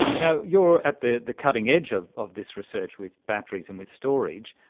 you know you're at the the cutting edge of of this research with batteries and with storage,